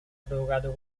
provocato